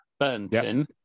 Burnton